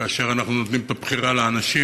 כאשר אנחנו נותנים את הבחירה לאנשים